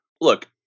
look